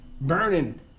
burning